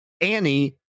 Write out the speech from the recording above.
Annie